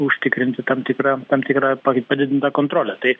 užtikrinti tam tikrą tam tikrą padi padidintą kontrolę tai